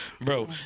Bro